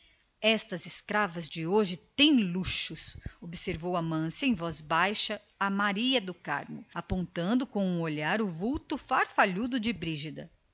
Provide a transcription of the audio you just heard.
estas escravas de hoje têm luxos observou amância em voz baixa a maria do carmo apontando com o olhar para o vulto empantufado de brígida